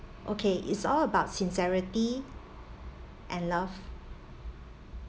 okay it's all about sincerity and love